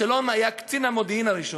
אבשלום היה קצין המודיעין הראשון.